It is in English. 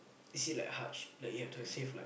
is it like Haj like you have to save like